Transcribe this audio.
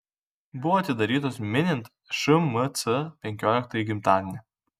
buvo atidarytos minint šmc penkioliktąjį gimtadienį